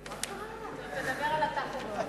עכשיו זה טון נעים.